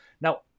Now